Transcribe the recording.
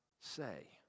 say